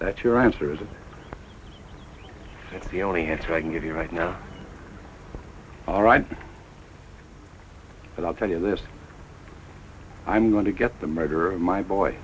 that your answer is the only answer i give you right now all right but i'll tell you this i'm going to get the murder of my boy